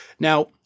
Now